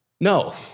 No